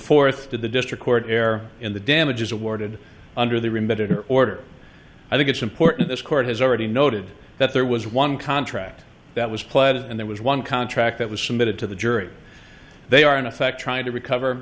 fourth to the district court err in the damages awarded under the remit or order i think it's important this court has already noted that there was one contract that was played and there was one contract that was submitted to the jury they are in effect trying to recover